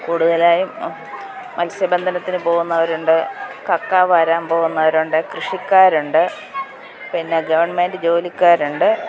കൂടുതലായും മത്സ്യബന്ധനത്തിന് പോകുന്നവരുണ്ട് കക്കാ വാരാൻ പോകുന്നവരുണ്ട് കൃഷിക്കാരുണ്ട് പിന്നെ ഗവൺമെൻറ് ജോലിക്കാരുണ്ട്